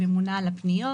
היא ממונה על הפניות.